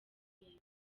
nk’iki